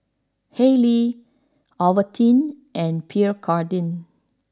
Haylee Ovaltine and Pierre Cardin